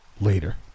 Later